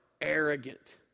arrogant